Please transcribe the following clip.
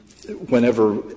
Whenever